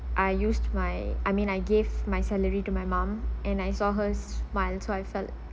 I used my I mean I gave my salary to my mom and I saw her smile so I felt